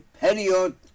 period